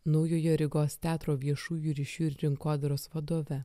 naujojo rygos teatro viešųjų ryšių ir rinkodaros vadove